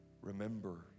Remember